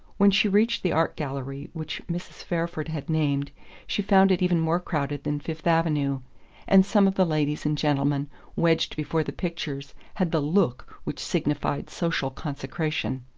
when she reached the art gallery which mrs. fairford had named she found it even more crowded than fifth avenue and some of the ladies and gentlemen wedged before the pictures had the look which signified social consecration.